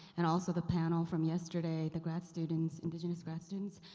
and also the panel from yesterday, the grad students, indigenous grad students.